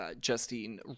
Justine